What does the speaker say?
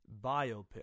biopic